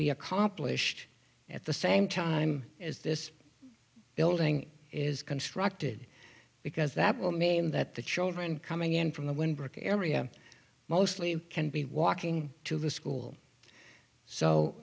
be accomplished at the same time as this building is constructed because that will mean that the children coming in from the windbreak area mostly can be walking to school so